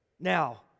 Now